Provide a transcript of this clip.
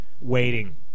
waiting